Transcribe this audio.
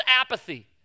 apathy